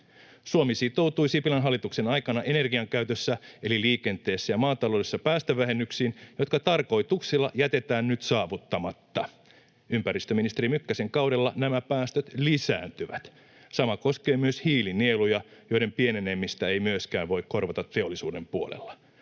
Suomi sitoutui Sipilän hallituksen aikana energian käytössä eli liikenteessä ja maataloudessa päästövähennyksiin, jotka tarkoituksella jätetään nyt saavuttamatta. Ympäristöministeri Mykkäsen kaudella nämä päästöt lisääntyvät. Sama koskee myös hiilinieluja, joiden pienenemistä ei myöskään voi korvata teollisuuden puolella.